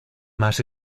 más